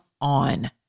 on